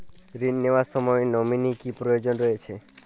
ঋণ নেওয়ার সময় নমিনি কি প্রয়োজন রয়েছে?